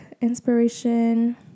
inspiration